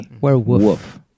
Werewolf